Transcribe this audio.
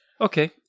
Okay